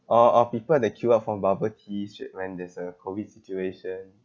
or or people that queue up for bubble tea shit when there's a COVID situation